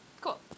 Cool